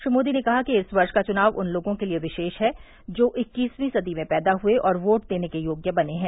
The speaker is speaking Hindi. श्री मोदी ने कहा कि इस वर्ष का चुनाव उन लोगों के लिए विशेष है जो इक्कीसर्वी सदी में पैदा हुए और वोट देने के योग्य बने हैं